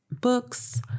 books